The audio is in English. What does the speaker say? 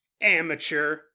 Amateur